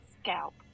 scalp